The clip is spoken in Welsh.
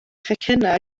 chacennau